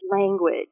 language